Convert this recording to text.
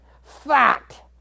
Fact